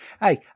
Hey